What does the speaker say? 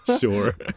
Sure